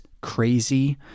crazy